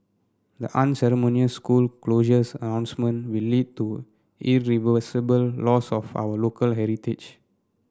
the unceremonious school closures announcement will lead to irreversible loss of for our local heritage